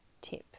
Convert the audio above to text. tip